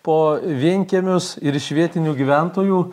po vienkiemius ir iš vietinių gyventojų